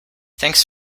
thanks